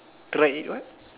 try eat what